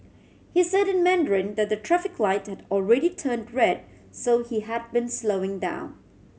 he said in Mandarin that the traffic light had already turn red so he had been slowing down